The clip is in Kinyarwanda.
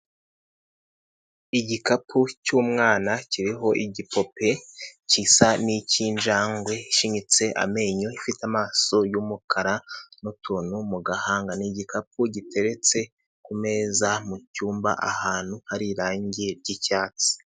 Igikapu cy'umwana kiriho igipupe gisa n'ik'injangwe ishinyitse amenyo ifite amaso y'umukara, n'utuntu mu gahanga. Ni igikapu giteretse ku meza mu cyumba ahantu hari irangi ry'icyatsi..